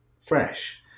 fresh